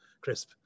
crisp